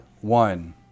one